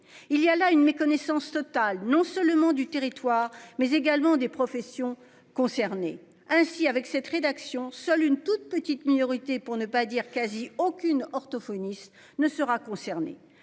Il y a là une méconnaissance totale non seulement du territoire mais également des professions concernées ainsi avec cette rédaction, seule une toute petite minorité pour ne pas dire quasi aucune orthophoniste ne sera concerné,